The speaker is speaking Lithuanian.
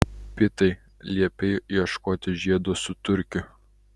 pitai liepei ieškoti žiedo su turkiu